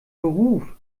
beruf